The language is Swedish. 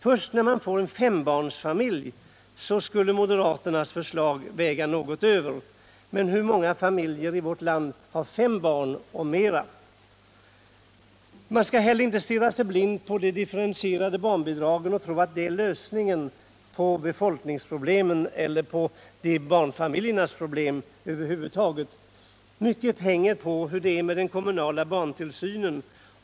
Först när man får en fembarnsfamilj skulle moderaternas förslag väga över något. Men hur många familjer i vårt land har fem eller fler barn? Man skall inte heller stirra sig blind på de differentierade barnbidragen och tro att de är lösningen på befolkningsproblemen eller på barnfamiljernas problem över huvud taget. Mycket hänger på hur det är med den kommunala barntillsynen.